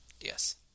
Yes